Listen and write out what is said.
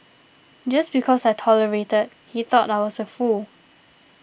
just because I tolerated he thought I was a fool